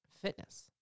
fitness